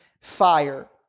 fire